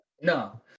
No